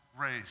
race